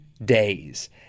Days